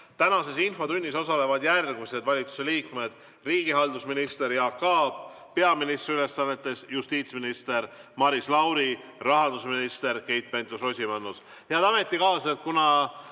Tänases infotunnis osalevad järgmised valitsuse liikmed: riigihalduse minister Jaak Aab peaministri ülesannetes, justiitsminister Maris Lauri, rahandusminister Keit Pentus-Rosimannus.